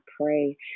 pray